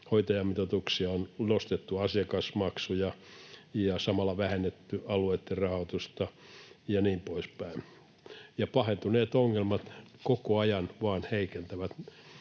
hoitajamitoituksia ja nostettu asiakasmaksuja ja samalla vähennetty alueitten rahoitusta, ja niin poispäin. Pahentuneet ongelmat koko ajan vain heikentävät